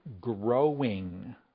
growing